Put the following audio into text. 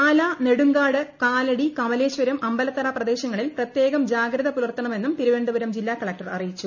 ചാല നെടുങ്കാട് കാലടി കമലേശ്വരം അമ്പലത്തറ പ്രദേശങ്ങളിൽ പ്രത്യേകം ജാഗ്രത പുലർത്തണമെന്നും തിരുവനന്തപുരം ജില്ലാ കലക്ടർ അറിയിച്ചു